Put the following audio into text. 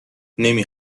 نمی